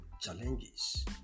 Challenges